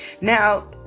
Now